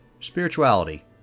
spirituality